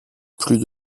plus